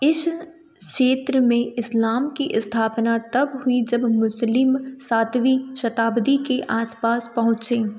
इस क्षेत्र में इस्लाम की इस्थापना तब हुई जब मुस्लिम सातवीं शताब्दी के आस पास पहुँचे